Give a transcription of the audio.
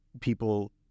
people